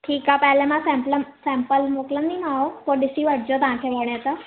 ठीकु आहे पहिले मां सैम्पलम सैंपल मोकिलींदीमांव पोइ ॾिसी वठिजो तव्हांखे वणे त